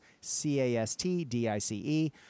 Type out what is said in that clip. C-A-S-T-D-I-C-E